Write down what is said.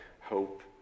hope